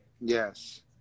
Yes